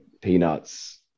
peanuts